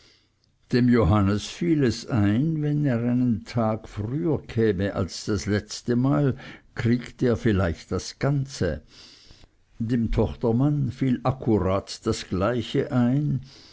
dem johannes fiel es ein wenn er einen tag früher käme als das letztemal kriegte er vielleicht das ganze dem tochtermann fiel akkurat das gleiche ein